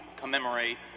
Commemorate